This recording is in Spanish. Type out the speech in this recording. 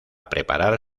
preparar